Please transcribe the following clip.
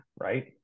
right